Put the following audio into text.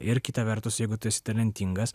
ir kita vertus jeigu tu esi talentingas